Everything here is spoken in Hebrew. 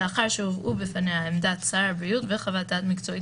לאחר שהובאו בפניה עמדת שר הבריאות וחוות דעת מקצועית